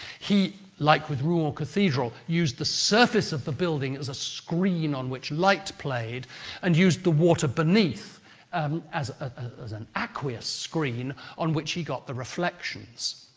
he, like with rouen ah cathedral, used the surface of the building as a screen on which light played and used the water beneath as ah as an aqueous screen on which he got the reflections.